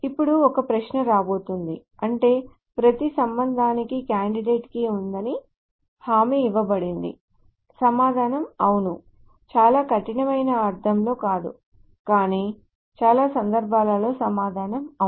ఇప్పుడు ఒక ప్రశ్న రాబోతోంది అంటే ప్రతి సంబంధానికి కాండిడేట్ కీ ఉందని హామీ ఇవ్వబడింది సమాధానం అవును చాలా కఠినమైన అర్థంలో కాదు కానీ చాలా సందర్భాలలో సమాధానం అవును